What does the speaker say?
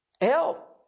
Help